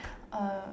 uh